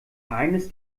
eines